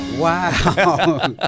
Wow